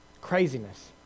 Craziness